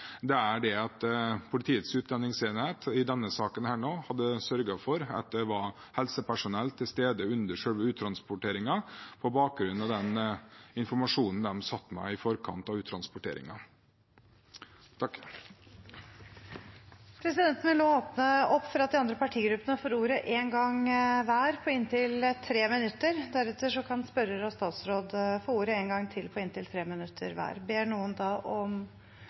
har registrert, er at politiets utlendingsenhet i denne saken hadde sørget for at det var helsepersonell til stede under selve uttransporteringen, på bakgrunn av den informasjonen de satt med i forkant av uttransporteringen. Presidenten vil nå åpne for at de andre partigruppene får ordet én gang hver i inntil 3 minutter, og deretter kan spørrer og statsråd få ordet én gang til i inntil 3 minutter hver.